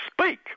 speak